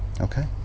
Okay